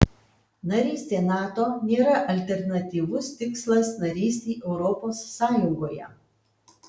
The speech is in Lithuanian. narystė nato nėra alternatyvus tikslas narystei europos sąjungoje